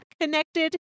connected